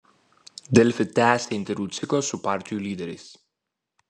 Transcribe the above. delfi tęsia interviu ciklą su partijų lyderiais